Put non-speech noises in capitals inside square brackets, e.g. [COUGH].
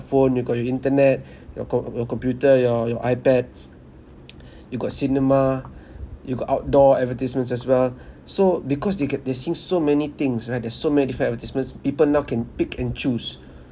you got your internet your co~ your computer your your ipad [NOISE] you got cinema you got outdoor advertisements as well so because they get they've seen so many things right there's so many different advertisements people now can pick and choose